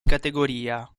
categoria